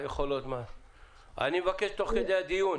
אני מבקש תוך כדי הדיון.